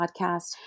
podcast